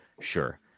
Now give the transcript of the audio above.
Sure